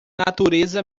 natureza